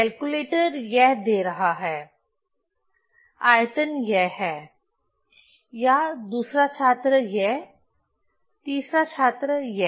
calculator यह दे रहा है आयतन यह है या दूसरा छात्र यह तीसरा छात्र यह